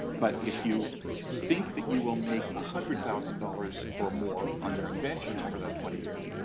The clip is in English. but if you think that you will make a hundred thousand dollars, or more, on your invention, over that twenty years,